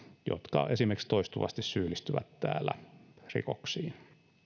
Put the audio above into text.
jotka esimerkiksi toistuvasti syyllistyvät täällä rikoksiin